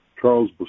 Charles